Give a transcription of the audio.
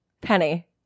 Penny